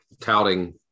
touting